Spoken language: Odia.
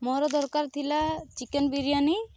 ମୋର ଦରକାର ଥିଲା ଚିକେନ ବିରିୟାନୀ